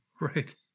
Right